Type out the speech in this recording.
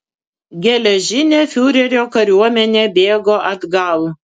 geležinė fiurerio kariuomenė bėgo atgal